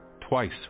twice